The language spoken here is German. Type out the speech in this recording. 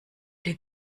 der